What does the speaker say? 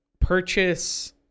purchase